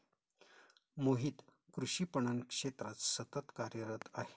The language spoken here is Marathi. मोहित कृषी पणन क्षेत्रात सतत कार्यरत आहे